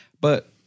But-